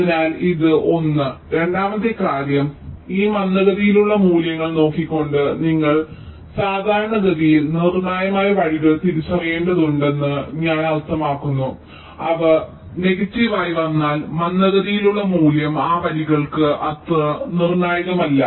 അതിനാൽ ഇത് ഒന്ന് രണ്ടാമത്തെ കാര്യം ഈ മന്ദഗതിയിലുള്ള മൂല്യങ്ങൾ നോക്കിക്കൊണ്ട് നിങ്ങൾ സാധാരണഗതിയിൽ നിർണായകമായ വഴികൾ തിരിച്ചറിയേണ്ടതുണ്ടെന്ന് ഞാൻ അർത്ഥമാക്കുന്നു അവ നെഗറ്റീവ് ആയി വന്നാൽ മന്ദഗതിയിലുള്ള മൂല്യം ആ വരികൾക്ക് അത്ര നിർണായകമല്ല